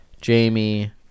Jamie